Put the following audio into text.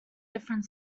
different